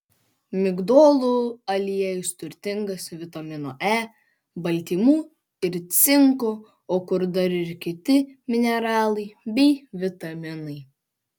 migdolų aliejus turtingas vitamino e baltymų ir cinko o kur dar ir kiti mineralai bei vitaminai